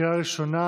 בקריאה ראשונה